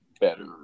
better